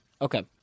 Okay